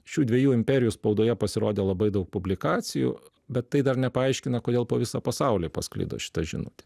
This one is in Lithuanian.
šių dviejų imperijų spaudoje pasirodė labai daug publikacijų bet tai dar nepaaiškina kodėl po visą pasaulį pasklido šita žinutė